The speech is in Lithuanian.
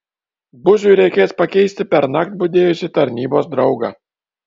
buziui reikės pakeisti pernakt budėjusį tarnybos draugą